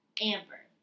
Amber